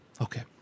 Okay